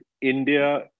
India